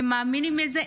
אתם מאמינים לזה?